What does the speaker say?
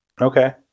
Okay